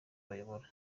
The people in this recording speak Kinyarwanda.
bayobora